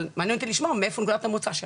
אבל מעניין אותי לשמוע מאיפה נקודת המוצא שלך.